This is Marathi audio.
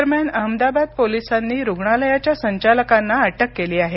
दरम्यान अहमदाबाद पोलिसांनी रुग्णालयाच्या संचालकांना अटक केली आहे